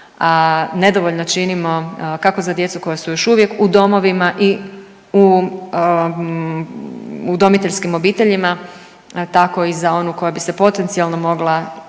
a nedovoljno činimo kako za djecu koja su još uvijek u domovima i u udomiteljskim obiteljima tako i za onu koja bi se potencijalno mogla